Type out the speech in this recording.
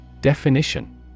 Definition